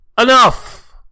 enough